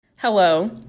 Hello